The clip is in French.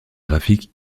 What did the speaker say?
graphique